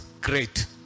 great